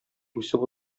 үсеп